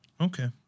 Okay